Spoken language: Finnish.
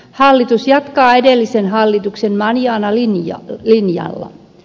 hallitus jatkaa edellisen hallituksen manana linjalla